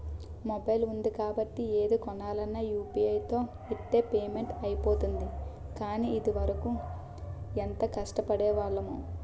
mobile ఉంది కాబట్టి ఏది కొనాలన్నా యూ.పి.ఐ తో ఇట్టే పేమెంట్ అయిపోతోంది కానీ, ఇదివరకు ఎంత కష్టపడేవాళ్లమో